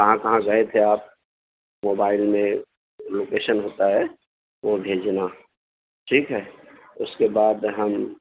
کہاں کہاں گئے تھے آپ موبائل میں لوکیشن ہوتا ہے وہ بھیجنا ٹھیک ہے اس کے بعد ہم